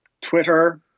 Twitter